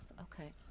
Okay